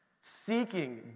Seeking